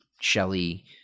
Shelley